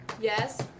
Yes